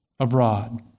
Abroad